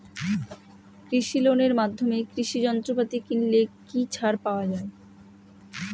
কৃষি লোনের মাধ্যমে কৃষি যন্ত্রপাতি কিনলে কি ছাড় পাওয়া যায়?